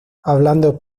hablando